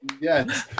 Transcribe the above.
yes